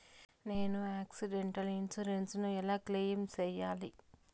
నేను accidental insurance ను ఎలా క్లెయిమ్ సేయాలి?